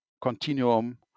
Continuum